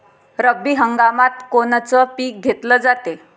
रब्बी हंगामात कोनचं पिक घेतलं जाते?